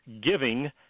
giving